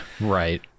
right